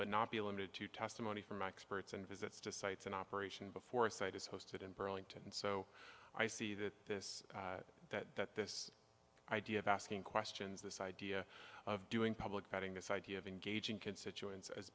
not be limited to testimony from experts and visits to sites an operation before a site is hosted in pearlington so i see that this that that this idea of asking questions this idea of doing public vetting this idea of engaging constituents as